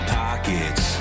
pockets